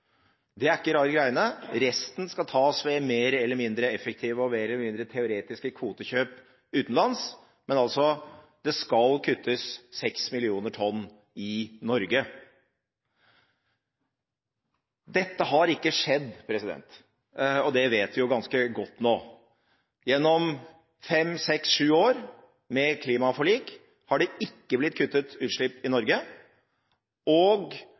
Det er ikke rare greiene. Resten skal tas ved mer eller mindre effektive og mer eller mindre teoretiske kvotekjøp utenlands, men det skal altså kuttes 6 millioner tonn i Norge. Dette har ikke skjedd, og det vet vi jo ganske godt nå. Gjennom fem, seks, sju år med klimaforlik har det ikke blitt kuttet i utslipp i Norge, og